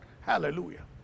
Hallelujah